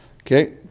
Okay